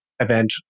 event